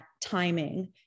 timing